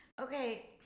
okay